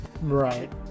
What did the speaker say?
right